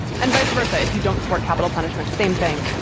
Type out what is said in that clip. and vice versa if you don't support capital punishment, same thing.